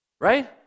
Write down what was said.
Right